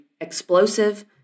explosive